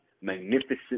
magnificent